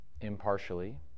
impartially